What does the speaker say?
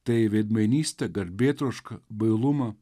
tai į veidmainystę garbėtrošką bailumą